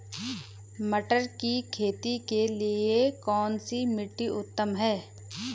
मटर की खेती के लिए कौन सी मिट्टी उत्तम है?